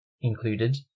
included